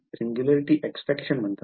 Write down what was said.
singularity अर्क म्हणतात